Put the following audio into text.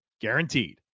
guaranteed